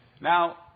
Now